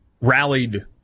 rallied